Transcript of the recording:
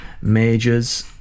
Majors